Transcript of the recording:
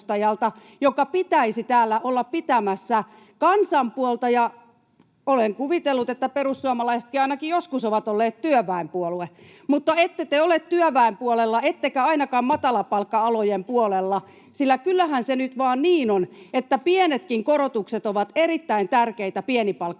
jonka pitäisi täällä olla pitämässä kansan puolta, ja olen kuvitellut, että perussuomalaisetkin ainakin joskus on ollut työväenpuolue. Mutta ette te ole työväen puolella, ettekä ainakaan matalapalkka-alojen puolella, sillä kyllähän se nyt vaan niin on, että pienetkin korotukset ovat erittäin tärkeitä pienipalkkaisille